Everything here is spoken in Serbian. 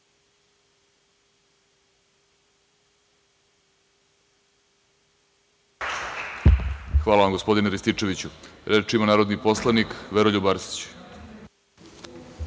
Hvala vam, gospodine Rističeviću. Reč ima narodni poslanik Veroljub Arsić.